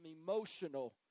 emotional